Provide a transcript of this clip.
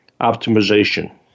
optimization